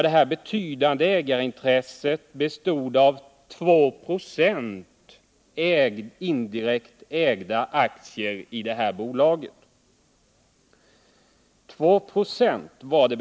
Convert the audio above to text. Detta betydande ägarintresse bestod av ett indirekt ägande av 296 av aktierna i det aktuella bolaget.